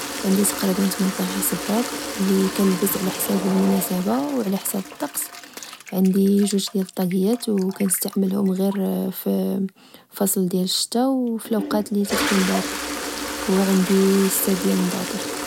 عندي تقريبا تمنطاش صباط اللي كنلبس على حسب المناسبة وعلى حسب الطقس عندي جوج ديال الطاقيات نستعملهم غير في فصل الشتاء وفي الاوقات اللي كتكون باردة وعندي ستة ديال نضاضر